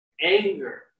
anger